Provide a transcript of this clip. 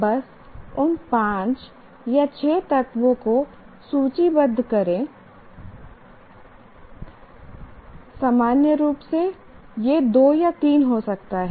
बस उन 5 या 6 तत्वों को सूचीबद्ध करें सामान्य रूप से यह 2 या 3 हो सकता है